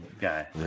guy